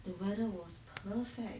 the weather was perfect